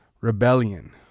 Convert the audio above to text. Rebellion